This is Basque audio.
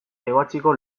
ebatziko